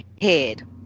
head